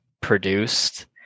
produced